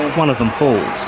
one of them falls.